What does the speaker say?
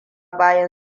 bayan